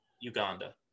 Uganda